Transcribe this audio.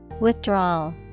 Withdrawal